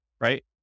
right